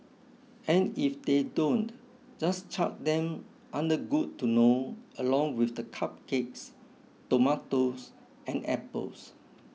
and if they don't just chuck them under good to know along with the cupcakes tomatoes and apples